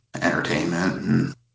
entertainment